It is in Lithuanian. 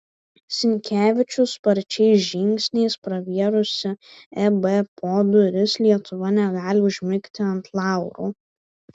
sinkevičius sparčiais žingsniais pravėrusi ebpo duris lietuva negali užmigti ant laurų